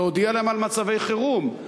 להודיע להם על מצבי חירום,